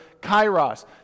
kairos